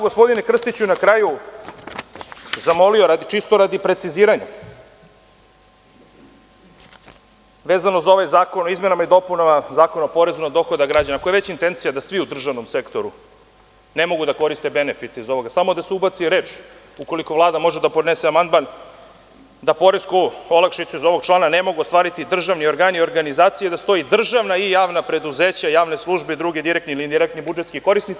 Gospodine Krstiću, na kraju bih vas samo zamolio, čisto radi preciziranja, vezano za ovaj zakon o izmenama i dopunama Zakona o porezu na dohodak građana, ako je već intencija da svi u državnom sektoru ne mogu da koriste benefite iz ovoga, samo da se ubaci reč, ukoliko Vlada može da podnese amandman, da poresku olakšicu iz ovog člana ne mogu ostvariti državni organi i organizacije, da stoji – državna i javna preduzeća, javne službe i drugi direktni ili indirektni budžetski korisnici.